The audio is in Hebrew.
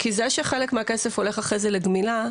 זה שחלק מהכסף הולך אחרי זה לגמילה,